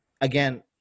again